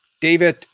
David